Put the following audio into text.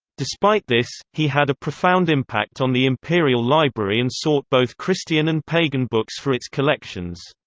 despite this, he had a profound impact on the imperial library and sought both christian and pagan books for its collections.